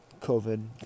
COVID